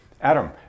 Adam